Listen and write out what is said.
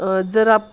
जर आप